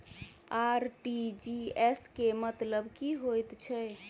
RTGS केँ मतलब की हएत छै?